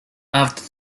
after